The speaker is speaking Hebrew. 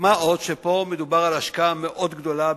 מה עוד שפה מדובר על השקעה מאוד גדולה,